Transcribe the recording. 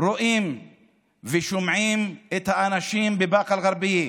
רואים ושומעים את האנשים בבאקה אל-גרבייה